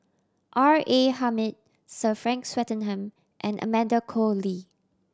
R A Hamid Sir Frank Swettenham and Amanda Koe Lee